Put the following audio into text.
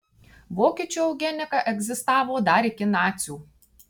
vokiečių eugenika egzistavo dar iki nacių